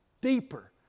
deeper